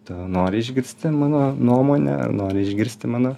tu nori išgirsti mano nuomonę ar nori išgirsti mano